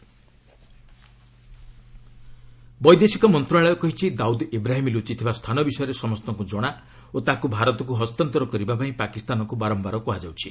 MEA Dawood ବୈଦେଶିକ ମନ୍ତ୍ରଣାଳୟ କହିଛି ଦାଉଦ୍ ଇବ୍ରାହିମ୍ ଲୁଚିଥିବା ସ୍ଥାନ ବିଷୟରେ ସମସ୍ତଙ୍କୁ ଜଣା ଓ ତାକୁ ଭାରତକୁ ହସ୍ତାନ୍ତର କରିବାପାଇଁ ପାକିସ୍ତାନକୁ ବାରମ୍ଭାର କୁହାଯାଉଛି